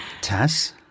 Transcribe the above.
Tess